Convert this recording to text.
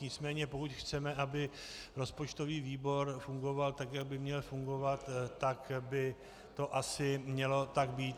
Nicméně pokud chceme, aby rozpočtový výbor fungoval tak, jak by měl fungovat, tak by to asi mělo tak být.